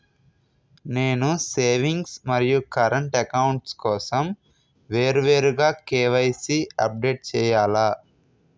నేను సేవింగ్స్ మరియు current account కోసం వేరువేరుగా కే.వై.సీ అప్డేట్ చేయాలా?